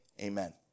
Amen